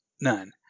None